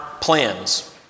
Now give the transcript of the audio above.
plans